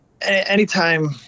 anytime